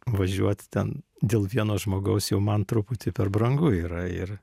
važiuoti ten dėl vieno žmogaus jau man truputį per brangu yra ir